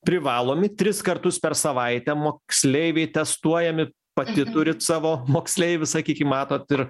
privalomi tris kartus per savaitę moksleiviai testuojami pati turit savo moksleivį sakykim matot ir